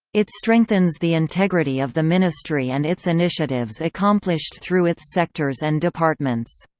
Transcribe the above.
it strengthens the integrity of the ministry and its initiatives accomplished through its sectors and departments.